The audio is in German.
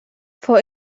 vor